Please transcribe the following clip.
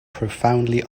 profoundly